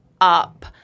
up